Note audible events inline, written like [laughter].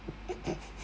[laughs]